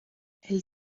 elle